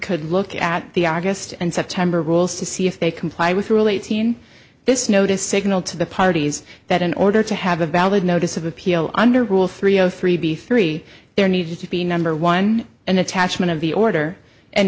could look at the august and september rules to see if they comply with rule eighteen this notice signal to the parties that in order to have a valid notice of appeal under rule three o three b three there needed to be number one an attachment of the order and